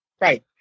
right